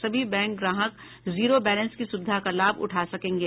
सभी बैंक ग्राहक zero balance की सुविधा का लाभ उठा सकेंगे